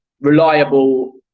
reliable